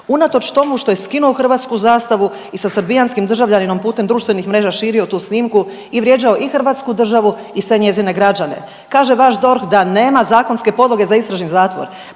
unatoč tomu što je skinuo hrvatsku zastavu i sa srbijanskim državljaninom putem društvenih mreža širio tu snimku i vrijeđao i hrvatsku državu i sve njezine građane. Kaže vaš DORH da nema zakonske podloge za istražni zatvor,